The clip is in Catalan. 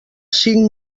cinc